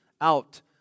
out